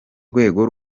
rwego